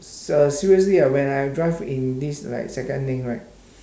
s~ uh seriously ah when I drive in this like second lane right